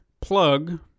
plug